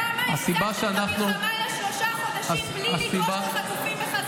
למה הפסקתם את המלחמה לשלושה חודשים בלי לדרוש את החטופים בחזרה?